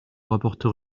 rapporteur